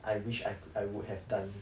I wish I c~ I would have done